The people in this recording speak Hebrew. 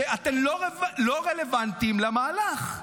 כשאתם לא רלוונטיים למהלך.